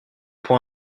pour